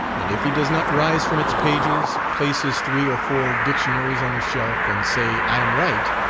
and if he does not rise from its pages, place his three or four dictionaries on the shelf, and say i am right,